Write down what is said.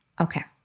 okay